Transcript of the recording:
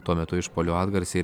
tuo metu išpuolio atgarsiai